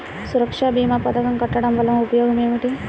సురక్ష భీమా పథకం కట్టడం వలన ఉపయోగం ఏమిటి?